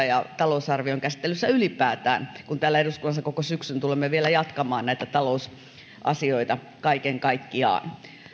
ja talousarvion käsittelyssä ylipäätään kun täällä eduskunnassa koko syksyn tulemme vielä jatkamaan näitä talousasioita kaiken kaikkiaan